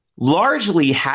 Largely